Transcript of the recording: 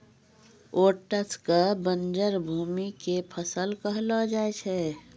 oats कॅ बंजर भूमि के फसल कहलो जाय छै